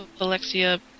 Alexia